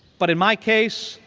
but in my case,